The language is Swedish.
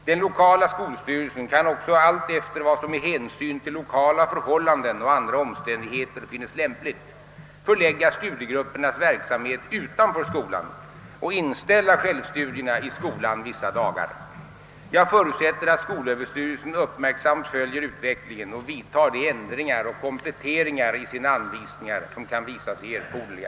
Den lokala skolstyrelsen kan också allt efter vad som med hänsyn till lokala förhållanden och andra omständigheter finnes lämpligt förlägga studiegruppernas verksamhet utanför skolan och inställa självstudierna i skolan vissa dagar. Jag förutsätter att skolöverstyrelsen uppmärksamt följer utvecklingen och vidtar de ändringar och kompletteringar i sina anvisningar som kan visa sig erforderliga.